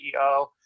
CEO